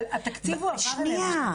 התקציב הועבר אליהם בשנת 2021. שנייה.